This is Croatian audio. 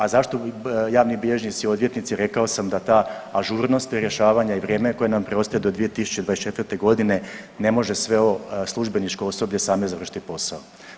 A zašto javni bilježnici, odvjetnici rekao sam da ta ažurnost rješavanja i vrijeme koje nam preostaje do 2024. godine ne može sve ovo službeničko osoblje samo završiti posao.